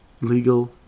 legal